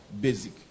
basic